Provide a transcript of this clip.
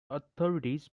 authorities